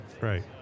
Right